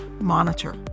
monitor